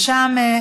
שם,